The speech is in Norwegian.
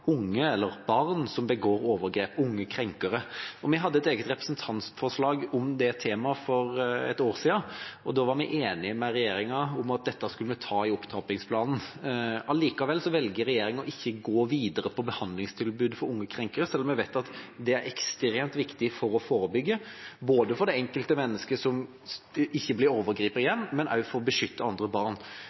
unge eller barn som begår overgrep, unge krenkere. Vi hadde et eget representantforslag om det temaet for et år siden. Da var vi enige med regjeringa om at dette skulle vi ta i opptrappingsplanen. Allikevel velger regjeringa ikke å gå videre med behandlingstilbud for unge krenkere, selv om vi vet at det er ekstremt viktig for å forebygge, både for det enkelte mennesket, som ikke blir overgriper igjen, og også for å beskytte andre barn.